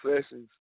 Sessions